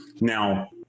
Now